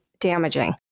damaging